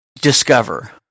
discover